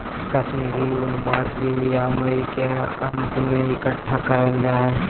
कश्मीरी ऊन मार्च या मई के अंत में इकट्ठा करल जा हय